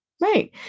Right